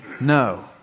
No